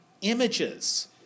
images